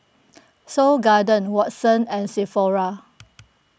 Seoul Garden Watsons and Sephora